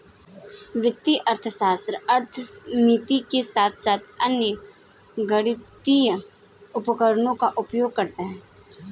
वित्तीय अर्थशास्त्र अर्थमिति के साथ साथ अन्य गणितीय उपकरणों का उपयोग करता है